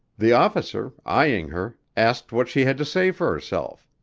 the officer, eyeing her, asked what she had to say for herself.